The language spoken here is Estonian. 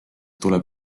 tuleb